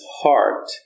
heart